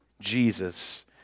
Jesus